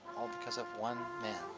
all because of one man